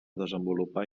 desenvolupar